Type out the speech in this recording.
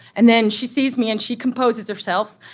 and then she sees me and she composes herself,